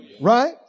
right